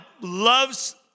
loves